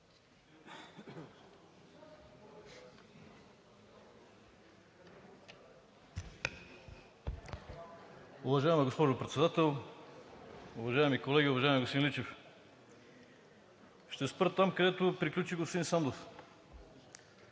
Уважаема госпожо Председател, уважаеми колеги, уважаеми господин Личев! Ще спра там, където приключи господин Сандов.